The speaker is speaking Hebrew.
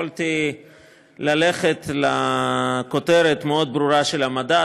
יכולתי ללכת לכותרת המאוד-ברורה של המדד,